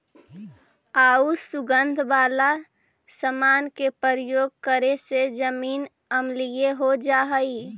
आउ सुगंध वाला समान के प्रयोग करे से जमीन अम्लीय हो जा हई